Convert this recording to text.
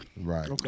Right